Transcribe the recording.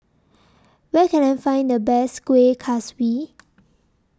Where Can I Find The Best Kueh Kaswi